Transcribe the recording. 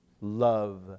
love